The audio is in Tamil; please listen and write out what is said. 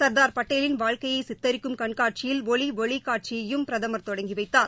ச்தார் படேலின் வாழ்க்கையை சித்தரிக்கும் கண்காட்சியில் ஒலி ஒளி காட்சியையும் பிரதமர் தொடங்கி வைத்தார்